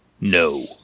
No